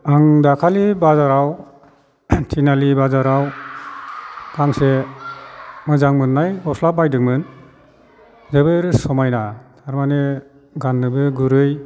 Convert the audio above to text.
आं दाखालि बाजाराव थिनालि बाजाराव गांसे मोजां मोन्नाय गस्ला बायदोंमोन जोबोर समायना थारमाने गान्नोबो गुरै